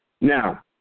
Now